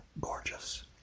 gorgeous